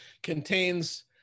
contains